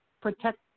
protect